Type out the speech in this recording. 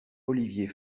olivier